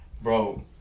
Bro